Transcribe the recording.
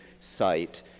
site